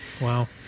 Wow